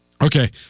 Okay